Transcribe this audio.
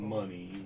money